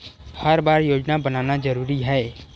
हर बार योजना बनाना जरूरी है?